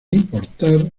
importar